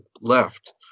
left